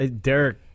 Derek